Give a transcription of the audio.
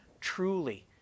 truly